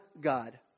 God